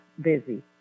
busy